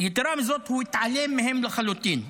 יתרה מזאת, הוא התעלם מהם לחלוטין.